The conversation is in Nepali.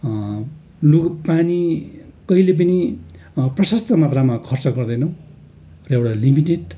लु पानी कहिले पनि प्रशस्त मात्रामा खर्च गर्दैनौँ र एउया लिमिटेड